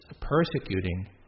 persecuting